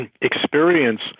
experience